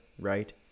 right